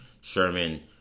Sherman